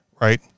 right